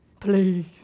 Please